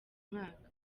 mwaka